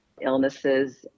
illnesses